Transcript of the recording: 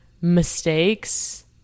mistakes